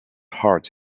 heart